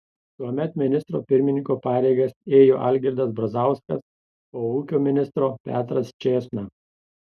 tuomet ministro pirmininko pareigas ėjo algirdas brazauskas o ūkio ministro petras čėsna